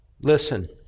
Listen